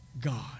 God